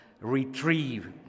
retrieve